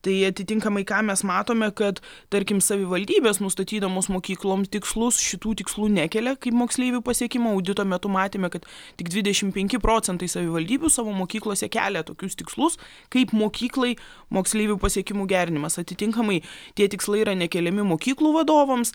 tai atitinkamai ką mes matome kad tarkim savivaldybės nustatydamos mokyklom tikslus šitų tikslų nekelia kaip moksleivių pasiekimų audito metu matėme kad tik dvidešim penki procentai savivaldybių savo mokyklose kelia tokius tikslus kaip mokyklai moksleivių pasiekimų gerinimas atitinkamai tie tikslai yra nekeliami mokyklų vadovams